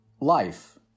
life